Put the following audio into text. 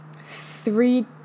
three